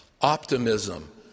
Optimism